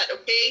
okay